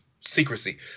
secrecy